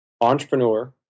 Entrepreneur